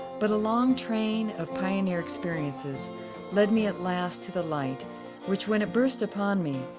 but a long train of pioneer experiences led me at last to the light which when it burst upon me,